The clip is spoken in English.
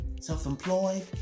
self-employed